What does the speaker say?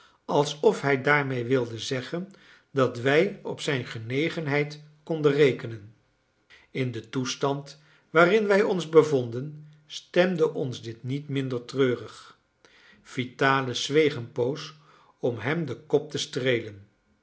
alsof hij daarmede wilde zeggen dat wij op zijn genegenheid konden rekenen in den toestand waarin wij ons bevonden stemde ons dit niet minder treurig vitalis zweeg een poos om hem den kop te streelen